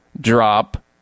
drop